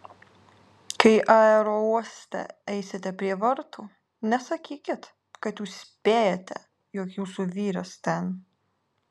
kai aerouoste eisite prie vartų nesakykit kad jūs spėjate jog jūsų vyras ten